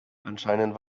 anscheinend